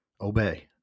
Obey